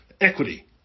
equity